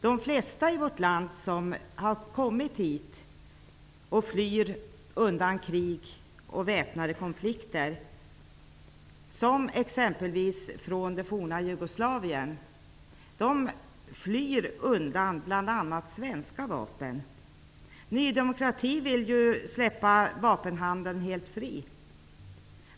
De flesta som kommit hit till Sverige och som flyr krig och väpnade konflikter, exempelvis människor från det forna Jugoslavien, flyr bl.a. svenska vapen. Ny demokrati vill ju släppa vapenhandeln helt fri.